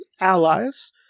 allies